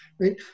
Right